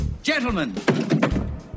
Gentlemen